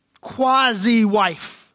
quasi-wife